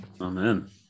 Amen